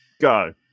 Go